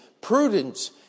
prudence